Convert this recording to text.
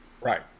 right